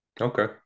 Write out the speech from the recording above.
okay